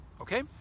okay